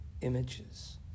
images